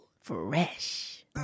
Fresh